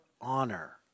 honor